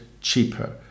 cheaper